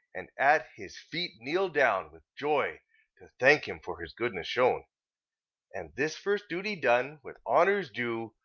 and at his feet kneel down, with joy to thank him for his goodness shown and this first duty done, with honours due,